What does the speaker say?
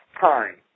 time